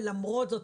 ולמרות זאת,